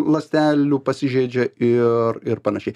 ląstelių pasižeidžia ir ir panašiai